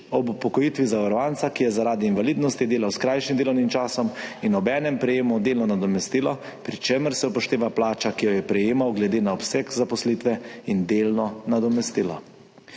ob upokojitvi zavarovanca, ki je zaradi invalidnosti delal s krajšim delovnim časom in obenem prejemal delno nadomestilo, pri čemer se upošteva plača, ki jo je prejemal glede na obseg zaposlitve in delno nadomestilo.